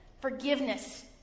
forgiveness